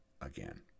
again